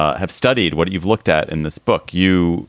ah have studied, what you've looked at in this book. you